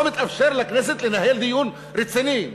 לא מתאפשר לכנסת לנהל דיון רציני?